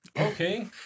Okay